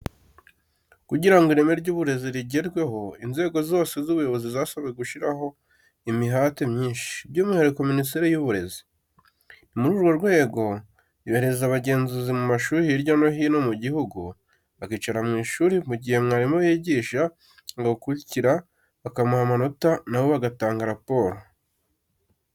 Kugira ngo ireme ry' uburezi rigerweho, inzego zose z'ubuyobozi zisabwa gushyiraho imihati myinshi, by'umwihariko Minisiteri y'Uburezi. Ni muri urwo rwego yohereza abagenzuzi mu mashuri hirya no hino mu gihugu, bakicara mu ishuri mu gihe mwarimu yigisha, bagakurikira, bakamuha amanota, na bo bagatanga raporo.